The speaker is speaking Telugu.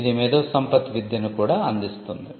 ఇది మేధోసంపత్తి విద్యను కూడా అందిస్తుంది